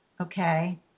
okay